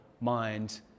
mind